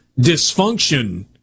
dysfunction